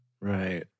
right